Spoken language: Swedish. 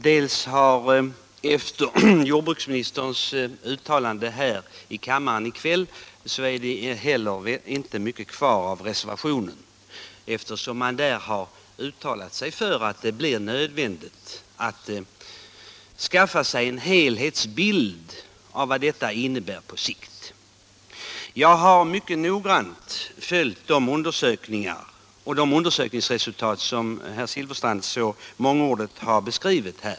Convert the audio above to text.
För det andra är det efter jordbruksministerns uttalande här i kammaren i kväll inte mycket kvar av reservationen, eftersom man där har uttalat sig för nödvändigheten av att skaffa sig en helhetsbild av vad användningen av handelsgödsel innebär på sikt. Jag har mycket noggrant följt undersökningarna och de undersökningsresultat som herr Silfverstrand så mångordigt beskrivit.